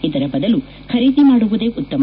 ಇದರ ಬದಲು ಖರೀದಿ ಮಾಡುವುದೇ ಉತ್ತಮ